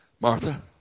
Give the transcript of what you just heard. Martha